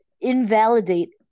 invalidate